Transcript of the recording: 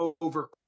over